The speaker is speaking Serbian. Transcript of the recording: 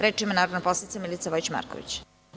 Reč ima narodna poslanica Milica Vojić Marković.